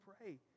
pray